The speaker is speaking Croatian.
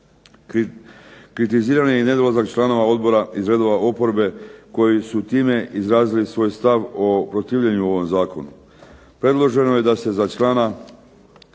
Kritiziran je i nedolazak članova Odbora iz redova oporbe koji su time izrazili svoj stav o protivljenju ovom zakonu. Predloženo je da se za člana